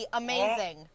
amazing